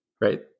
Right